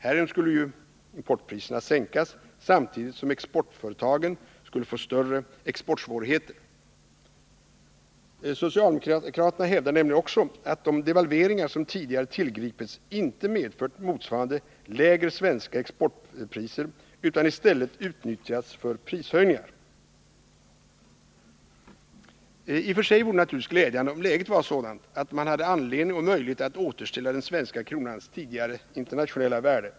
Härigenom skulle importpriserna sänkas, samtidigt som exportföretagen skulle få större exportsvårigheter. Socialdemokraterna hävdar nämligen också att de devalveringar som tidigare tillgripits inte medfört motsvarande lägre svenska exportpriser utan i stället utnyttjats för prishöjningar. I och för sig vore det naturligtvis glädjande om läget var sådant att man hade anledning och möjlighet att återställa den svenska kronans tidigare internationella värde.